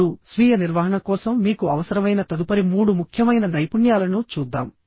ఇప్పుడు స్వీయ నిర్వహణ కోసం మీకు అవసరమైన తదుపరి మూడు ముఖ్యమైన నైపుణ్యాలను చూద్దాం